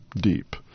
deep